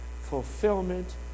fulfillment